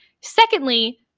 Secondly